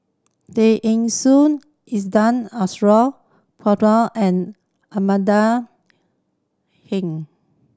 Tay Eng Soon Azura and Amanda Heng